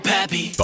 Pappy